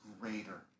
greater